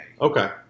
Okay